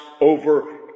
over